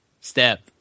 Step